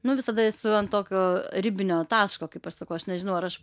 nu visada esu ant tokio ribinio taško kaip aš sakau aš nežinau ar aš